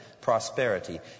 prosperity